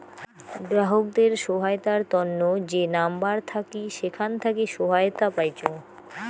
গ্রাহকদের সহায়তার তন্ন যে নাম্বার থাকি সেখান থাকি সহায়তা পাইচুঙ